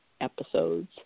episodes